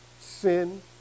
sin